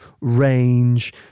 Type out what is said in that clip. range